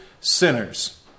sinners